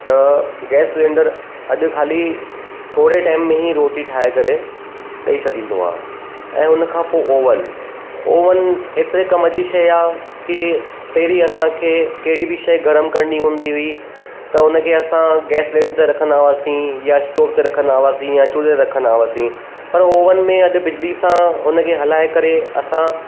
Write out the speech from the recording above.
त gas cylinder अॼु ख़ाली थोरे टाइम में ई रोटी ठाहे करे ॾेई छॾींदो आहे ऐं उन खां पोइ ऑवन ऑवन एतिरे कम जी शइ आहे की पहिरीं असांखे कहिड़ी बि शइ गरमु करिणी हूंदी हुई त उन खे असां गैस सिलेंडर ते रखंदा हुआसीं या स्टॉव ते रखंदा हुआसीं या चूल्हे ते रखंदा हुआसीं पर ऑवन में बिजली सां उन खे हलाए करे असां